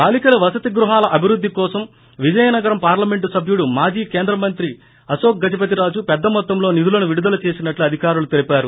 బాలికల వసతి గృహాల అభివృద్ది కోసం విజయనగరం పార్లమెంట్ సభ్యుడు మాజీ కేంద్ర మంత్రి అశోక్ గజపతి రాజు పెద్ద మొత్తంలో నిధులను విడుదల చేసినట్లు అధికారులు తెలిపారు